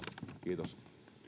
kiitos